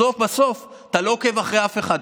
בסוף בסוף, אתה לא עוקב אחרי אף אחד.